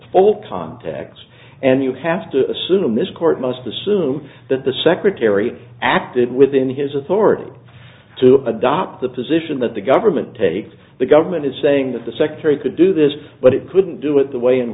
full context and you have to assume this court most assume that the secretary acted within his authority to adopt the position that the government takes the government is saying that the secretary could do this but it couldn't do it the way